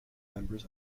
members